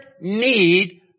need